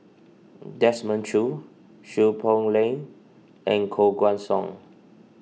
Desmond Choo Seow Poh Leng and Koh Guan Song